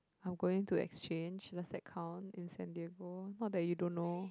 I'm going to exchange does that count in San-Diego not that you don't know